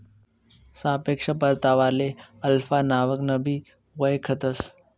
सापेक्ष परतावाले अल्फा नावकनबी वयखतंस